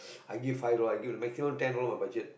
I give five dollars I give maximum ten dollar my budget